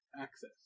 access